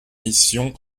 mission